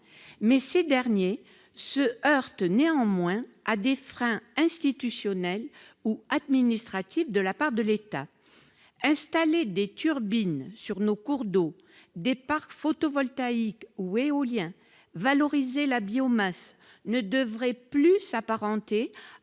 Mais ils se heurtent à des freins institutionnels ou administratifs de la part de l'État. Installer des turbines sur nos cours d'eau, des parcs photovoltaïques ou éoliens, ou valoriser la biomasse ne devrait plus s'apparenter